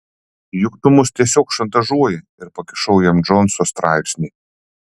juk tu mus tiesiog šantažuoji ir pakišau jam džonso straipsnį